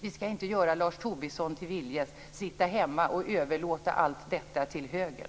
Vi skall inte göra Lars Tobisson till viljes och sitta hemma och överlåta allt till höger.